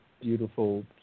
beautiful